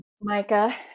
Micah